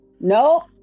no